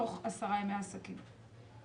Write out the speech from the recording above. תוך עשרה ימי עסקים.